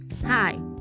hi